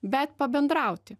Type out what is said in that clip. bet pabendrauti